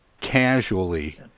casually